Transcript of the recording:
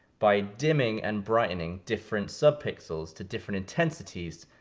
by dimming and brightening different sub-pixels to different intensities,